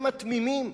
הם התמימים.